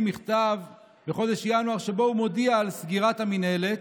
מכתב בחודש ינואר שבו הוא מודיע על סגירת המינהלת,